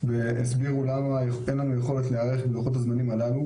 הסבירו למה אין לנו יכולת להיערך בלוחות הזמנים הללו.